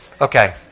Okay